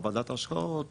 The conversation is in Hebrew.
או ועדת ההשקעות,